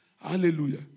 Hallelujah